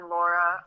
Laura